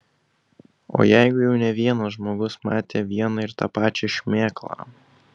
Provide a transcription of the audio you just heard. o jeigu jau ne vienas žmogus matė vieną ir tą pačią šmėklą